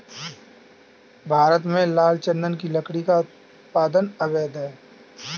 भारत में लाल चंदन की लकड़ी का उत्पादन अवैध है